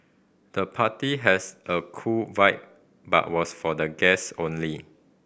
the party has a cool vibe but was for the guests only